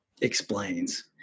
explains